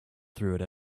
through